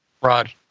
Rod